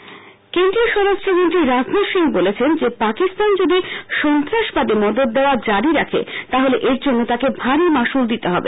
বাজনাথ সিং কেন্দ্রীয় স্বরাষ্ট্রমন্ত্রী রাজনাথ সিং বলেছেন যে পাকিস্তান যদি সন্ত্রাসবাদকে মদত দেওয়া জারি রাখে তাহলে এর জন্য তাকে ভারী মাশুল দিতে হবে